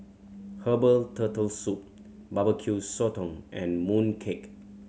herbal Turtle Soup Barbecue Sotong and mooncake